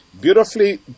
beautifully